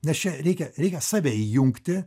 nes čia reikia reikia save įjungti